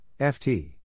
FT